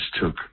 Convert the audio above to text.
took